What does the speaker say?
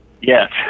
Yes